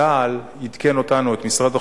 צה"ל עדכן אותנו, את משרד החוץ,